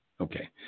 Okay